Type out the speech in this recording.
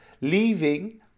leaving